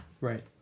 right